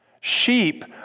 Sheep